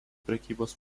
prekybos